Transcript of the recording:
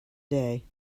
day